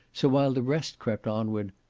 so while the rest crept onward,